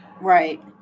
Right